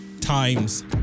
times